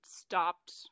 stopped